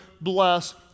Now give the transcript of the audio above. bless